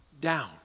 down